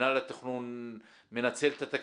מנהל התכנון מנצל את התקציב.